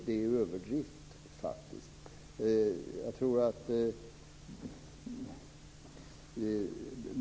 Det är en överdrift.